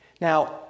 Now